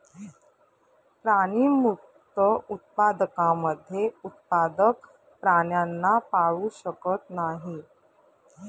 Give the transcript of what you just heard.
प्राणीमुक्त उत्पादकांमध्ये उत्पादक प्राण्यांना पाळू शकत नाही